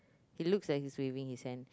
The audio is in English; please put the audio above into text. he looks like he's waving his hand